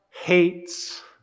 hates